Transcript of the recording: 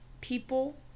people